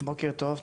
בוקר טוב,